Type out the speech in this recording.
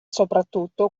soprattutto